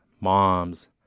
moms